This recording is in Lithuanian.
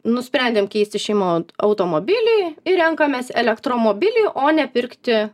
nusprendėm keisti šeimo automobilį ir renkamės elektromobilį o ne pirkti